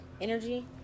energy